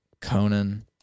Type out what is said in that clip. Conan